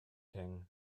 king